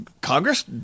Congress